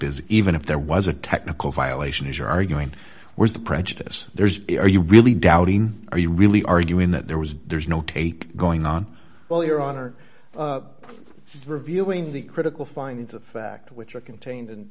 is even if there was a technical violation as you're arguing where's the prejudice there's are you really doubting or you really arguing that there was there's no take going on well your honor reviewing the critical findings of fact which are contained in